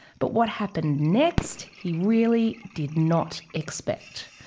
but what happened next he really did not expect.